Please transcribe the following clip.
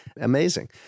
amazing